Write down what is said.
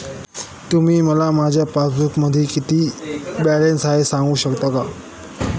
तुम्ही मला माझ्या पासबूकमध्ये किती बॅलन्स आहे हे सांगू शकता का?